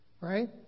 Right